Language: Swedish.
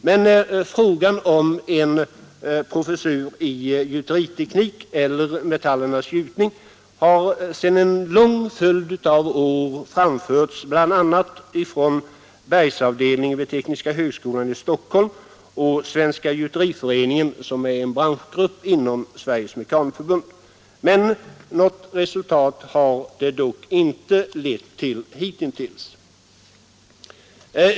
Men frågan om en professur i gjuteriteknik eller metallernas gjutning har sedan en lång följd av år framförts av bl.a. bergsavdelningen vid tekniska högskolan i Stockholm och Svenska gjuteriföreningen som är en branschgrupp inom Sveriges mekanförbund. Något resultat har det dock inte lett till hitintills.